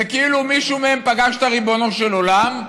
זה כאילו מישהו מהם פגש את הריבונו של עולם,